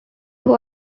who